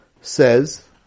says